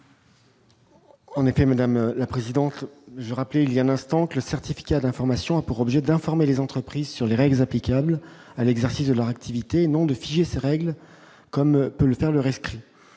En effet, madame la présidente, je rappelé il y a un instant que le certificat d'information a pour objet d'informer les entreprises sur les règles applicables à l'exercice de leur activité, non de se règles comme peut le faire le rescrit